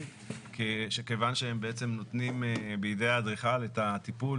כיוון שהם נותנים בידי האדריכל את הטיפול